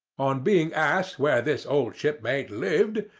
on being asked where this old shipmate lived,